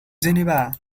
geneva